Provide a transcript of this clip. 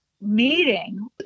meeting